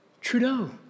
Trudeau